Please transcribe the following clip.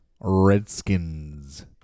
Redskins